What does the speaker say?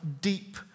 deep